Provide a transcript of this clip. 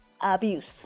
abuse